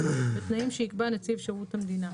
בתנאים שיקבע נציב שירות המדינה.